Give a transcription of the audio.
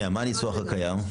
הניסוח הקיים?